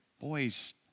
boy's